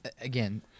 again